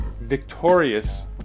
victorious